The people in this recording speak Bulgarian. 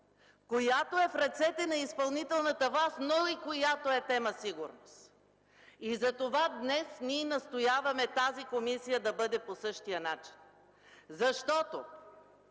която е в ръцете на изпълнителната власт, но и която е тема „Сигурност”! Затова днес ние настояваме тази комисия да бъде по същия начин! Вие